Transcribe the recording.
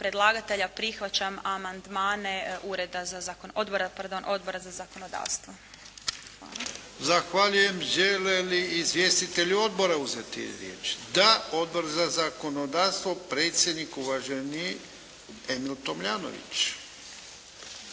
prihvaćam amandmane Odbora za zakonodavstvo. Hvala. **Jarnjak, Ivan (HDZ)** Zahvaljujem. Žele li izvjestitelji odbora uzeti riječ? Da. Odbor za zakonodavstvo, predsjednik uvaženi Emil Tomljanović.